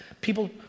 people